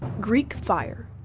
greek fire.